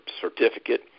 certificate